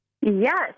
yes